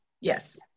Yes